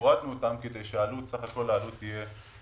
הורדנו אותם כדי שבסך הכול העלות תהיה זהה.